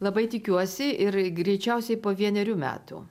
labai tikiuosi ir greičiausiai po vienerių metų